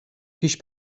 پیش